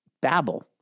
babble